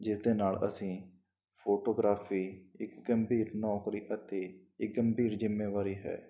ਜਿਸਦੇ ਨਾਲ ਅਸੀਂ ਫੋਟੋਗ੍ਰਾਫੀ ਇੱਕ ਗੰਭੀਰ ਨੌਕਰੀ ਅਤੇ ਇੱਕ ਗੰਭੀਰ ਜ਼ਿੰਮੇਵਾਰੀ ਹੈ